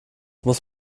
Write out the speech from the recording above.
muss